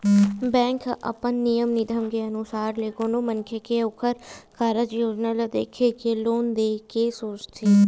bank ह अपन नियम धियम के अनुसार ले कोनो मनखे के ओखर कारज योजना ल देख के लोन देय के सोचथे